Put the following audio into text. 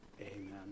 Amen